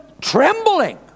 trembling